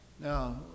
Now